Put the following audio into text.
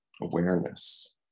awareness